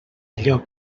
allò